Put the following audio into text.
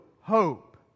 hope